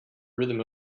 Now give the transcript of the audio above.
rhythm